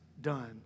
done